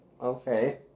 Okay